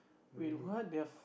wait what they have